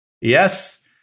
Yes